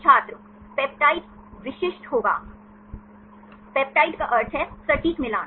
छात्र पेप्टाइड विशिष्ट होगा पेप्टाइड का अर्थ है सटीक मिलान